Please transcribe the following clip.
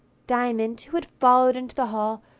diamond, who had followed into the hall,